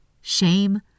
shame